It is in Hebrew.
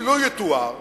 לו יתואר